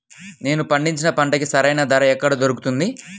నేను పండించిన పంటకి సరైన ధర ఎక్కడ దొరుకుతుంది?